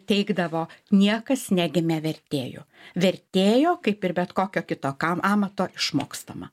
teigdavo niekas negimė vertėju vertėjo kaip ir bet kokio kito kam amato išmokstama